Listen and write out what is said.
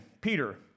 Peter